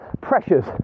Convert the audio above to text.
pressures